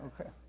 Okay